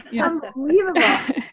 Unbelievable